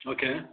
Okay